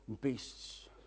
beasts